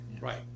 right